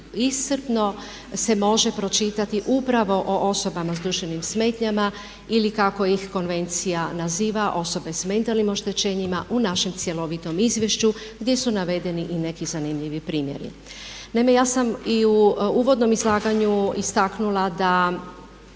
iscrpno se može pročitati upravo o osobama sa duševnim smetnjama ili kako ih konvencija naziva osobe sa mentalnim oštećenjima u našem cjelovitom izvješću gdje su navedeni i neki zanimljivi primjeri. Naime, ja sam i u uvodnom izlaganju istaknula da